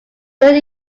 during